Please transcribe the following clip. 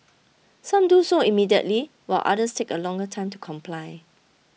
some do so immediately while others take a longer time to comply